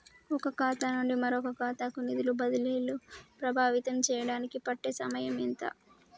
ఒక ఖాతా నుండి మరొక ఖాతా కు నిధులు బదిలీలు ప్రభావితం చేయటానికి పట్టే సమయం ఎంత?